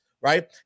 right